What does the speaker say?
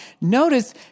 Notice